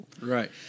Right